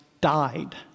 died